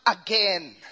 again